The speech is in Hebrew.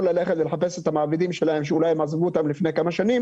ללכת לחפש את המעבידים שלהם שאולי עזבו אותם לפני כמה שנים